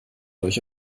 euch